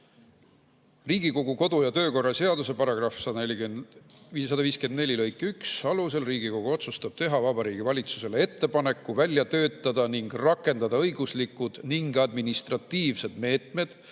"Riigikogu kodu- ja töökorra seaduse paragrahvi 154 lõike 1 alusel Riigikogu otsustab teha Vabariigi Valitsusele ettepaneku välja töötada ning rakendada õiguslikud ning administratiivsed meetmed,